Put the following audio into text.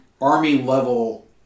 army-level